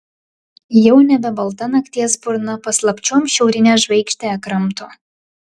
jau nebe balta nakties burna paslapčiom šiaurinę žvaigždę kramto